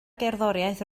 gerddoriaeth